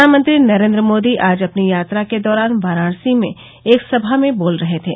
प्रधानमंत्री नरेन्द्र मोदी आज अपनी यात्रा के दौरान वाराणसी में एक सभा में बोल रहे थे